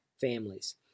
families